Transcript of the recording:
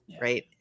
Right